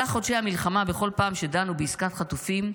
במהלך חודשי המלחמה, בכל פעם שדנו בעסקת חטופים,